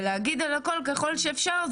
להגיד על הכול ככל שאפשר,